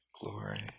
glory